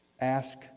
ask